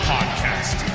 Podcast